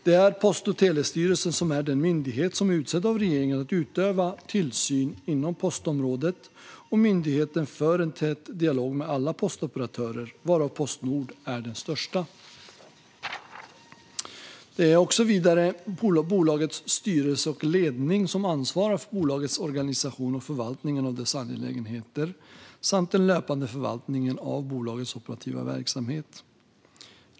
Det är Post och telestyrelsen som är den myndighet som är utsedd av regeringen att utöva tillsyn inom postområdet, och myndigheten för en tät dialog med alla postoperatörer, varav Postnord är den största. Det är vidare bolagets styrelse och ledning som ansvarar för bolagets organisation och förvaltningen av dess angelägenheter samt den löpande förvaltningen av bolagets operativa verksamhet.